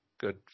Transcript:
Good